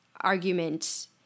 argument